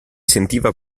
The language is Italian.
sentiva